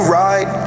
right